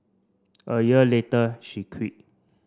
a year later she quit